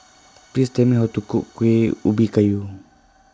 Please Tell Me How to Cook Kueh Ubi Kayu